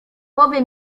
powie